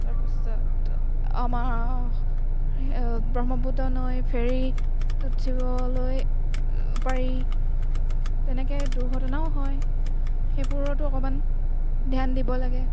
তাৰপিছত আমাৰ ব্ৰহ্মপুত্ৰ নৈ ফেৰীত উঠিবলৈ পাৰি তেনেকৈ দুৰ্ঘটনাও হয় সেইবোৰতো অকণমান ধ্যান দিব লাগে